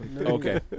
Okay